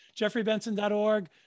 jeffreybenson.org